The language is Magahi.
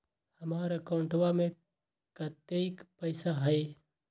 हमार अकाउंटवा में कतेइक पैसा हई?